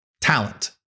talent